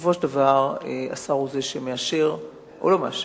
ובסופו של דבר השר הוא זה שמאשר או לא מאשר.